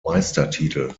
meistertitel